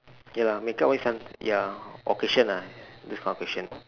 ya makeup always some ya occasion lah this kind of occasion